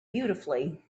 beautifully